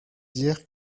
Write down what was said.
dire